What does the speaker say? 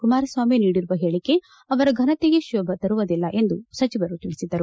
ಕುಮಾರಸ್ವಾಮಿ ನೀಡಿರುವ ಹೇಳಿಕೆ ಅವರ ಫನತೆಗೆ ಶೋಭೆ ತರುವುದಿಲ್ಲ ಎಂದು ಸಚಿವರು ಹೇಳಿದರು